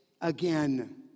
again